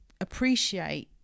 appreciate